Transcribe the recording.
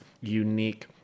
unique